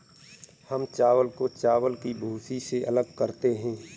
हम चावल को चावल की भूसी से अलग करते हैं